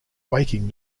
waking